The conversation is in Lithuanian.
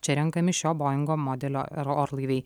čia renkami šio boingo modelio orlaiviai